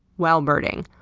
while birding.